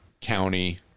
county